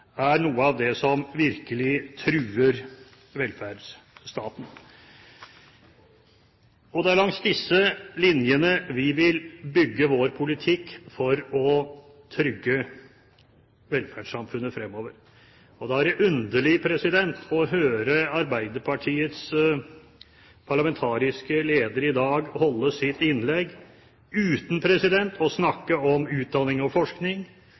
er noe av det som virkelig truer velferdsstaten. Det er langs disse linjene vi vil bygge vår politikk for å trygge velferdssamfunnet fremover. Da er det underlig å høre Arbeiderpartiets parlamentariske leder i dag holde sitt innlegg uten å snakke om utdanning og forskning,